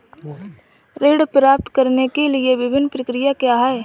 ऋण प्राप्त करने की विभिन्न प्रक्रिया क्या हैं?